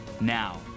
Now